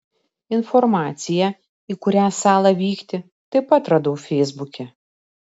informaciją į kurią salą vykti taip pat radau feisbuke